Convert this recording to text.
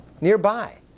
nearby